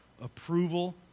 approval